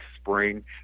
spring